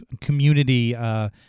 community